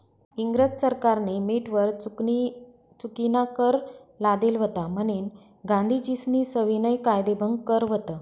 इंग्रज सरकारनी मीठवर चुकीनाकर लादेल व्हता म्हनीन गांधीजीस्नी सविनय कायदेभंग कर व्हत